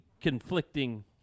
conflicting